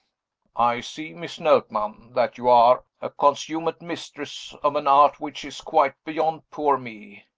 i see, miss notman, that you are a consummate mistress of an art which is quite beyond poor me.